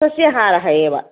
सस्यहारः एव